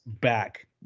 back